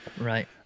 Right